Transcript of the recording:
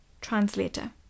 Translator